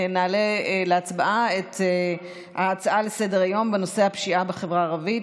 נעלה להצבעה את ההצעה לסדר-היום בנושא הפשיעה בחברה הערבית,